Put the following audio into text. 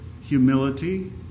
humility